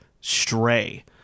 Stray